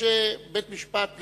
יש בית-משפט לחוקה,